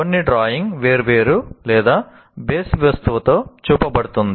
కొన్ని డ్రాయింగ్ వేర్వేరు బేసి వస్తువుతో చూపబడుతుంది